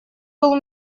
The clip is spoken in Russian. был